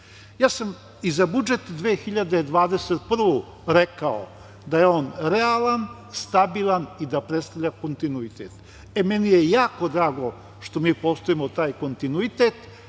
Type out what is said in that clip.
sam i za budžet 2021. godinu, rekao da je on realan, stabilan i da predstavlja kontinuitet. Meni je jako drago što mi poštujemo taj kontinuitet